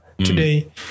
Today